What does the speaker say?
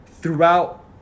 throughout